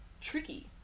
tricky